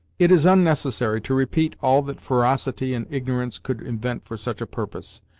it is unnecessary to repeat all that ferocity and ignorance could invent for such a purpose,